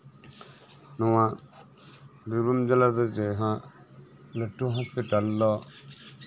ᱱᱚᱣᱟ ᱵᱤᱨᱵᱷᱩᱢ ᱡᱮᱞᱟᱨᱮ ᱞᱟᱹᱴᱩ ᱦᱟᱥᱯᱟᱛᱟᱞ ᱫᱚ